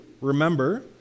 remember